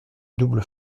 double